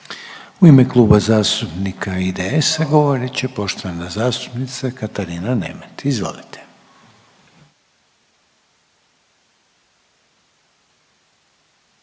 U ime Kluba zastupnika IDS-a govorit će poštovana zastupnica Katarina Nemet, izvolite.